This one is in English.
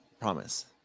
Promise